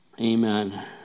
Amen